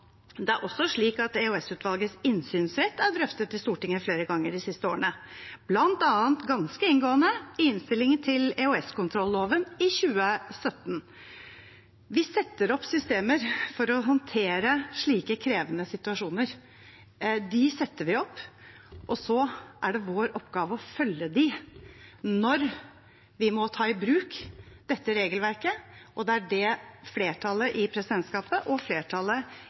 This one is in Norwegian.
Det er også slik at EOS-utvalgets innsynsrett er drøftet i Stortinget flere ganger de siste årene, bl.a. ganske inngående i innstillingen til EOS-kontrolloven i 2017. Vi setter opp systemer for å håndtere slike krevende situasjoner. Så er det vår oppgave å følge dem når vi må ta i bruk dette regelverket, og det er det flertallet i presidentskapet og flertallet